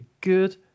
good